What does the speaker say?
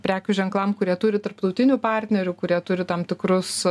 prekių ženklam kurie turi tarptautinių partnerių kurie turi tam tikrus